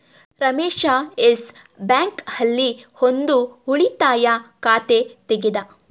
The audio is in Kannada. ರಮೇಶ ಯೆಸ್ ಬ್ಯಾಂಕ್ ಆಲ್ಲಿ ಒಂದ್ ಉಳಿತಾಯ ಖಾತೆ ತೆಗೆದ